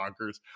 bonkers